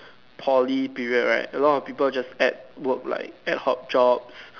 Poly period right a lot of people just add work like ad hoc jobs